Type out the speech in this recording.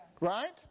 right